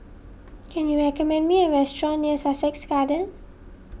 can you recommend me a restaurant near Sussex Garden